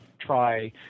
try